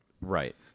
Right